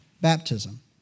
baptism